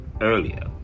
earlier